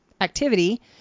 activity